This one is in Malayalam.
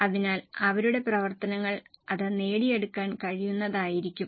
അതിനാൽ അവരുടെ പ്രവർത്തനങ്ങൾ അത് നേടിയെടുക്കാൻ കഴിയുന്നതായിരിക്കും